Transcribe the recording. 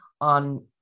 On